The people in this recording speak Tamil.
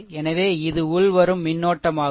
எனவே இது உள்வரும் மின்னோட்டமாகும்